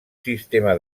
sistema